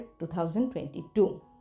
2022